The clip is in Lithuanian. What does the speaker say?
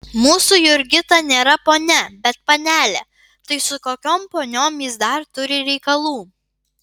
mūsų jurgita nėra ponia bet panelė tai su kokiom poniom jis dar turi reikalų